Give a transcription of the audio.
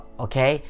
okay